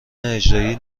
اجرایی